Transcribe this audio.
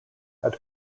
had